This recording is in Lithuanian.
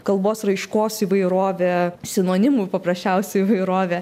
kalbos raiškos įvairovė sinonimų paprasčiausia įvairovė